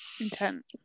intent